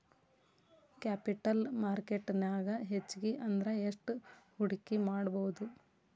Capital market ನ್ಯಾಗ್ ಹೆಚ್ಗಿ ಅಂದ್ರ ಯೆಸ್ಟ್ ಹೂಡ್ಕಿಮಾಡ್ಬೊದು?